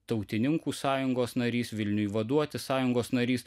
tautininkų sąjungos narys vilniui vaduoti sąjungos narys